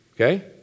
Okay